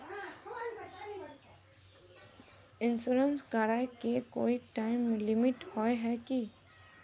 Insurance कराए के कोई टाइम लिमिट होय है की?